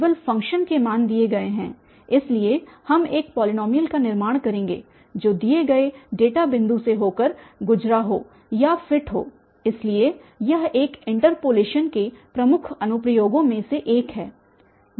केवल फ़ंक्शन्स के मान दिए गए हैं इसलिए हम एक पॉलीनॉमियल का निर्माण करेंगे जो दिए गए डेटा बिंदु से होकर गुजरा हो या फिट हो इसलिए यह इन इन्टर्पोलेशन के प्रमुख अनुप्रयोगों में से एक है